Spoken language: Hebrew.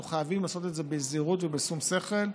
חייבים לעשות את זה בזהירות ובשום שכל.